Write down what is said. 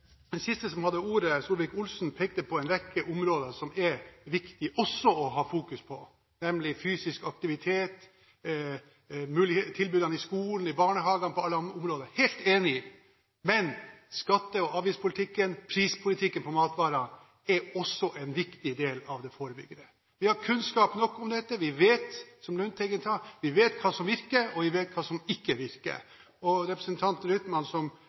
Den siste som hadde ordet, representanten Solvik-Olsen, pekte på en rekke områder som det også er viktig å fokusere på, nemlig fysisk aktivitet og tilbudene i skolen og barnehagene på dette området. Jeg er helt enig, men skatte- og avgiftspolitikken, prispolitikken på matvarer, er også en viktig del av det forebyggende. Vi har kunnskap nok om dette, og vi vet, som Lundteigen sa, hva som virker, og vi vet hva som ikke virker.